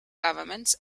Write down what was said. governments